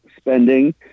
spending